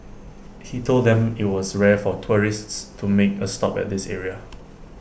he told them IT was rare for tourists to make A stop at this area